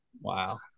Wow